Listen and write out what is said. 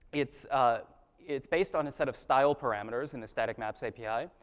it's ah it's based on a set of style parameters in the static maps api,